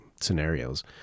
scenarios